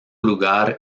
lugar